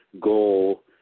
goal